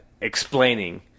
explaining